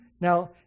now